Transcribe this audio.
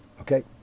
Okay